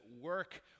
work